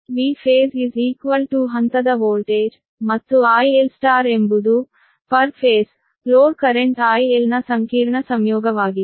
Vphase ಹಂತದ voltage ಮತ್ತು I L star ಎಂಬುದು per phase load current IL ನ ಸಂಕೀರ್ಣ ಸಂಯೋಗವಾಗಿದೆ